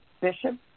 Bishop